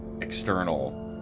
external